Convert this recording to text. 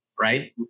Right